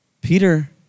Peter